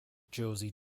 josie